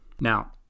Now